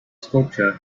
sculpture